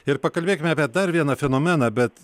ir pakalbėkime apie dar vieną fenomeną bet